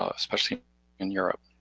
ah especially in europe.